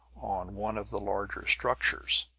on one of the larger structures,